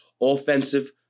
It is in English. Offensive